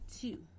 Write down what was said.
two